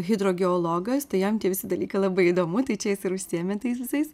hidrogeologas tai jam tie visi dalykai labai įdomu tai čia jis ir užsiėmė tais visais